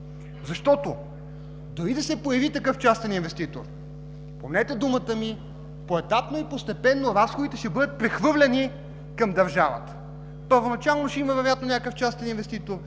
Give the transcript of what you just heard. Защото дори да се появи такъв частен инвеститор, помнете думата ми, поетапно и постепенно разходите ще бъдат прехвърляни към държавата. Първоначално вероятно ще има някакъв частен инвеститор,